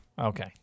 Okay